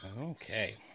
Okay